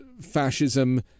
fascism